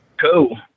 Cool